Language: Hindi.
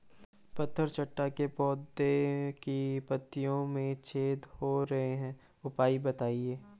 पत्थर चट्टा के पौधें की पत्तियों में छेद हो रहे हैं उपाय बताएं?